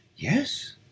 yes